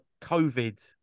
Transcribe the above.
COVID